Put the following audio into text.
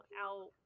out